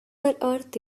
earth